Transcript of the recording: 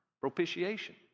propitiation